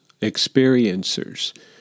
experiencers